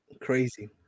Crazy